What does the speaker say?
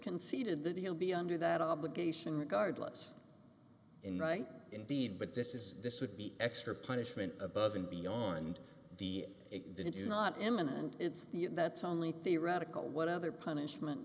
conceded that he'll be under that obligation regardless in right indeed but this is this would be extra punishment above and beyond the it is not imminent it's that's only theoretical whatever punishment